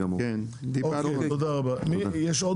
יש עוד